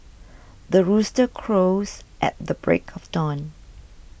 the rooster crows at the break of dawn